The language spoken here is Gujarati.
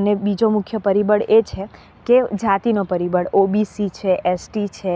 અને બીજું મુખ્ય પરિબળ એ છે કે જાતિનું પરિબળ ઓબીસી છે એસટી છે